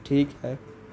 ٹھیک ہے